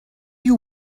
you